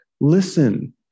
Listen